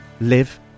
live